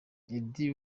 eddy